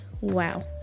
wow